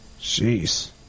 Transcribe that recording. Jeez